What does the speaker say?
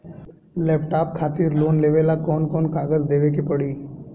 Laptop खातिर loan लेवे ला कौन कौन कागज देवे के पड़ी?